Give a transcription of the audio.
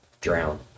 Drown